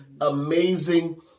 amazing